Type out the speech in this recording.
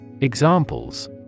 Examples